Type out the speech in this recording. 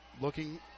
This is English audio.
looking